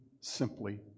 simply